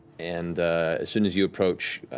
and soon as you approach,